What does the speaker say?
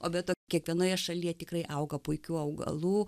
o be to kiekvienoje šalyje tikrai auga puikių augalų